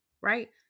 right